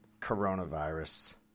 Coronavirus